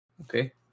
Okay